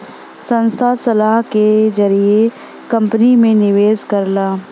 संस्था सलाह के जरिए कंपनी में निवेश करला